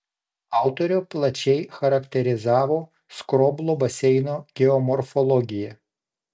autorė plačiai charakterizavo skroblo baseino geomorfologiją